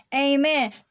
Amen